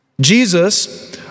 Jesus